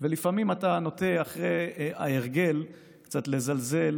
לפעמים אתה נוטה אחרי ההרגל קצת לזלזל